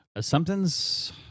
Something's